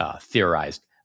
theorized